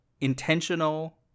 intentional